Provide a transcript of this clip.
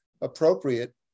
appropriate